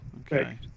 Okay